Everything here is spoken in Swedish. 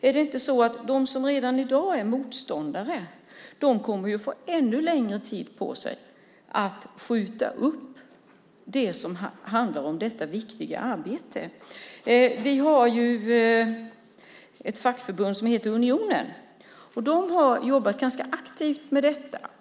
Är det inte så att de som redan i dag är motståndare får ännu längre tid på sig att skjuta upp detta viktiga arbete? Fackförbundet Unionen har ganska aktivt jobbat med detta.